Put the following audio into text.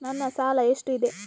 ನನ್ನ ಸಾಲ ಎಷ್ಟು ಇದೆ?